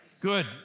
Good